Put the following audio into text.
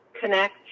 connect